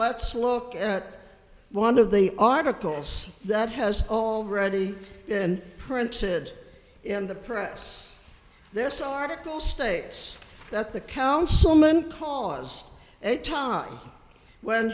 let's look at one of the articles that has already been printed in the press this article states that the councilman cause a time when